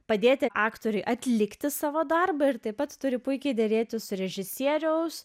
padėti aktoriui atlikti savo darbą ir taip pat turi puikiai derėti su režisieriaus